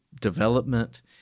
development